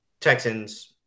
Texans